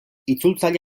itzultzaile